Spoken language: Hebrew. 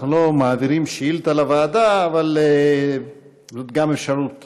אנחנו לא מעבירים שאילתה לוועדה, אבל גם אפשרות,